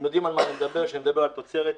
הם יודעים על מה אני מדבר כשאני מדבר על תוצרת איכותית.